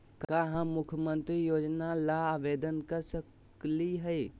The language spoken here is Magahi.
का हम मुख्यमंत्री योजना ला आवेदन कर सकली हई?